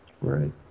Right